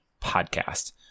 podcast